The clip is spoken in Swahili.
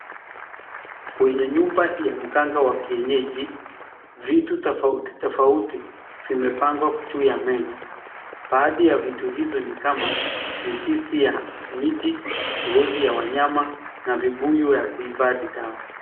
Kwenye nyumba ya mganga wa kienyeji vitu tofauti tofauti vimepangwa juu ya meza baadhi ya hizo vitu ni kama mizizi ya miti, ngozi ya wanyama na vibuyu ya kuifadhi dawa.